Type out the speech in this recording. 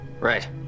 Right